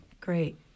Great